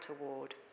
award